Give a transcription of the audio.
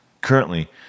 Currently